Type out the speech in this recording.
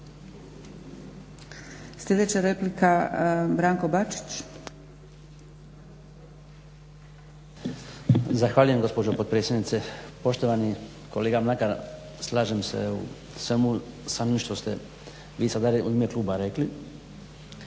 Bačić. **Bačić, Branko (HDZ)** Zahvaljujem gospođo potpredsjednice. Poštovani kolega Mlakar, slažem se u svemu sa onim što ste vi sada u ime kluba rekli.